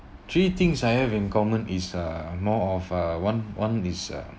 three things I have in common is uh more of uh one one is uh